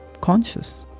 conscious